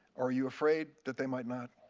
are you afraid that they might not?